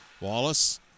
Wallace